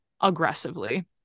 aggressively